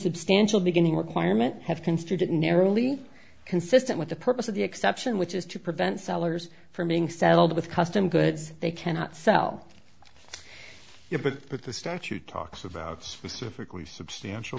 substantial beginning requirement have construed it narrowly consistent with the purpose of the exception which is to prevent sellers from being saddled with custom goods they cannot sell yeah but but the statute talks about specifically substantial